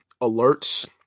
alerts